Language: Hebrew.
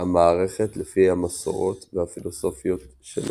המערכת לפי המסורות והפילוסופיות שלו.